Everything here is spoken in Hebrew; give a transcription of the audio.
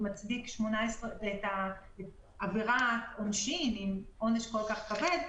הראשון שזה דבר חמור שמצדיק עונש כל כך כבד,